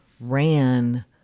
ran